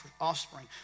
offspring